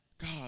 God